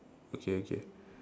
okay okay